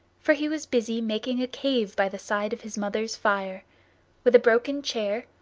for he was busy making a cave by the side of his mother's fire with a broken chair,